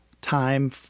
time